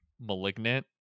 malignant